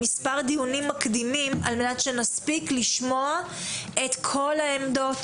מספר דיונים מקדימים על מנת שנספיק לשמוע את כל העמדות